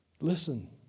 Listen